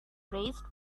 raised